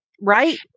right